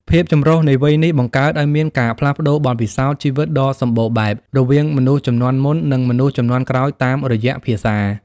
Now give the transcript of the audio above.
ភាពចម្រុះនៃវ័យនេះ បង្កើតឱ្យមានការផ្លាស់ប្តូរបទពិសោធន៍ជីវិតដ៏សម្បូរបែប រវាងមនុស្សជំនាន់មុន និងមនុស្សជំនាន់ក្រោយតាមរយៈភាសា។